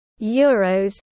euros